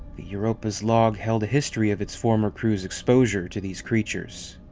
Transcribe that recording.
the europa's log held a history of its former crew's exposure to these creatures.